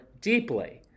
deeply